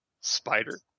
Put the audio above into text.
Spider